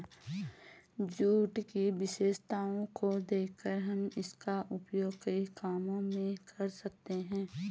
jute की विशेषताओं को देखकर हम इसका उपयोग कई कामों में कर सकते हैं